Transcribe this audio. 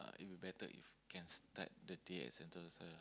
it will be better if can start the day at Sentosa